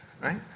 right